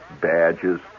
badges